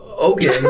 okay